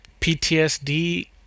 PTSD